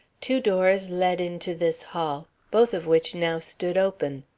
two doors led into this hall, both of which now stood open.